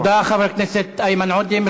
תודה, חבר הכנסת איימן עודה.